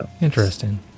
Interesting